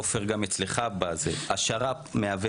עופר, גם אצלך שר"פ הניתוחים,